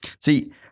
See